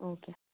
okay